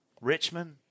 Richmond